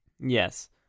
Yes